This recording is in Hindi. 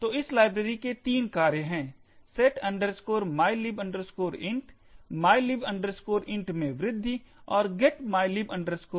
तो इस लाइब्रेरी के तीन कार्य हैं set mylib int mylib int में वृद्धि और get mylib int